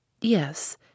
Yes